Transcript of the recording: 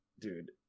dude